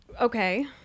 Okay